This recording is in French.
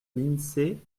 l’insee